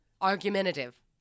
argumentative